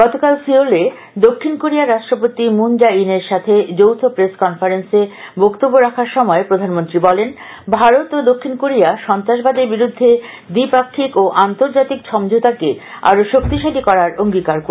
গতকাল সিওলে দক্ষিন কোরিয়ার রাষ্ট্রপতি মুন জা ইন এর সাথে যৌথ প্রেস কনফারেন্সে বক্তব্য রাখার সময় প্রধানমন্ত্রী বলেন ভারত ও দক্ষিন করিয়া সন্ত্রাসবাদের বিরুদ্ধে দ্বিপাক্ষিক ও আন্তর্জাতিক সমঝোতাকে আরো শক্তিশালী করার অঙ্গীকার করেছে